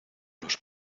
los